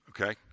Okay